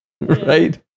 right